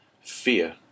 Fear